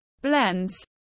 blends